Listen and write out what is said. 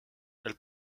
elles